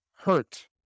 hurt